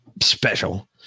special